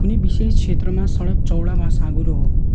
कुनै विशेष क्षेत्रमा सडक चौडा वा साँघुरो हो